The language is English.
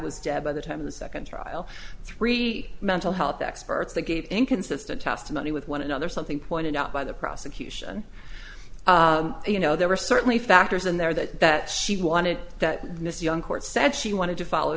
was dead by the time of the second trial three mental health experts that gave inconsistent testimony with one another something pointed out by the prosecution you know there were certainly factors in there that that she wanted that this young court said she wanted to follow